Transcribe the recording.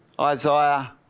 Isaiah